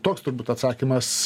toks turbūt atsakymas